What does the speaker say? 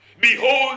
Behold